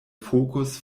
fokus